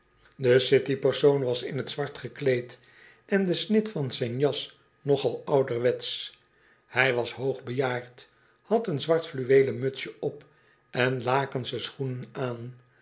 de city persoon was in t zwart gekleed en de snit van zijn jas nogal ouderwetsch hij was hoogbejaard had een zwart flu woelen mutsje op en lakensche schoenen aan